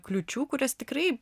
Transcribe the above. kliūčių kurias tikrai